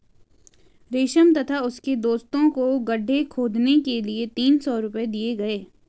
रमेश तथा उसके दोस्तों को गड्ढे खोदने के लिए तीन सौ रूपये दिए गए